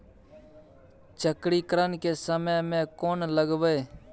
चक्रीकरन के समय में कोन लगबै?